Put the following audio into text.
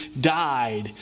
died